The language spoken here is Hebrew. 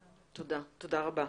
תודה רבה.